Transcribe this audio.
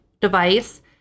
device